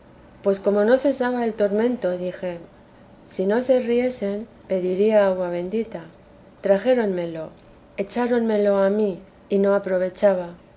pues como no cesaba el tormento dije si no se riesen pediría agua bendita trajéronmela echáronmela a mí y no aprovechaba